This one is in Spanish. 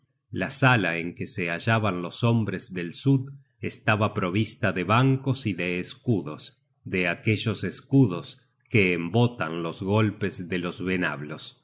la sala en que se hallaban los hombres del sud estaba provista de bancos y de escudos de aquellos escudos que embotan los golpes de los venablos